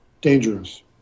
dangerous